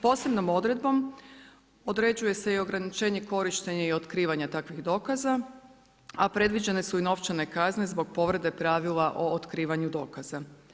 Posebnom odredbom, određuje se i ograničenje korištenje i otkrivanje takvih dokaza, a predviđene su i novčane kazne zbog povrede pravila o otkrivanju dokaza.